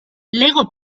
lego